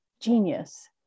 genius